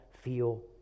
feel